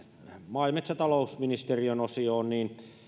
maa ja metsätalousministeriön osioon